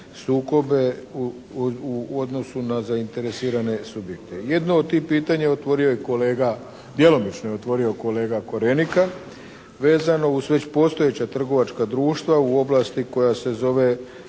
sukobe u odnosu na zainteresirane subjekte. Jedno od tih pitanja otvorio je kolega, djelomično je otvorio kolega Korenika, vezano uz već postojeća trgovačka društva u oblasti koja se zove